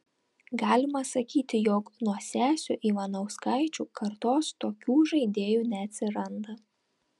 galima sakyti jog nuo sesių ivanauskaičių kartos tokių žaidėjų neatsiranda